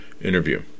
interview